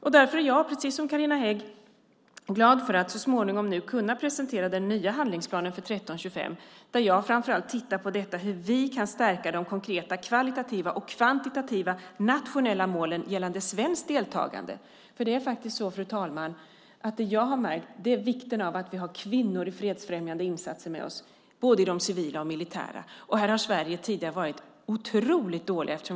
Jag är precis som Carina Hägg glad för att så småningom kunna presentera den nya handlingsplanen för 1325. Jag tittar framför allt på hur vi kan stärka de konkreta kvalitativa och kvantitativa nationella målen gällande svenskt deltagande. Det är faktiskt så, fru talman, att det jag har märkt är vikten av att vi har med oss kvinnor i både de civila och de militära fredsfrämjande insatserna. Där har vi i Sverige tidigare varit otroligt dåliga.